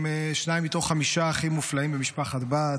הם שניים מתוך חמישה אחים מופלאים למשפחת בהט,